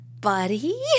buddy